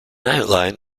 outline